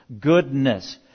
Goodness